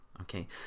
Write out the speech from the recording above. okay